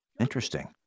Interesting